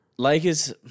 Lakers